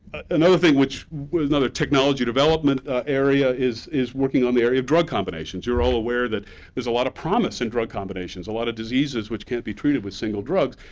another thing which another technology development area is is working on the area of drug combinations. you're all aware that there's a lot of promise in drug combinations, a lot of diseases which can't be treated with single drugs.